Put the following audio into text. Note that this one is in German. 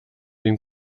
den